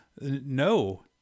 no